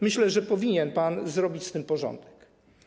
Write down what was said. Myślę, że powinien pan zrobić z tym porządek.